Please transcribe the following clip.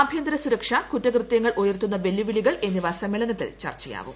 ആഭ്യന്തര സുരക്ഷ കുറ്റകൃത്യങ്ങൾ ഉയർത്തുന്ന വെല്ലുവിളികൾ എന്നിവ സമ്മേളനത്തിൽ ചർച്ചയാവും